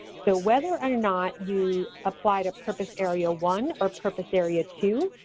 so whether or not you apply to purpose area one or purpose area two,